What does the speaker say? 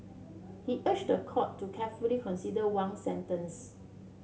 he urged the court to carefully consider Wang's sentence